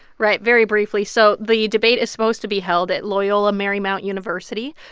right. very briefly so the debate is supposed to be held at loyola marymount university.